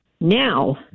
Now